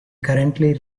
currently